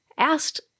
asked